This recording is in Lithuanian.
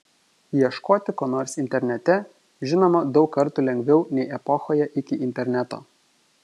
ieškoti ko nors internete žinoma daug kartų lengviau nei epochoje iki interneto